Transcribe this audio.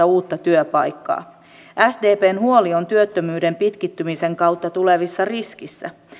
uutta työpaikkaa sdpn huoli on työttömyyden pitkittymisen kautta tulevissa riskeissä